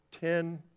ten